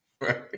Right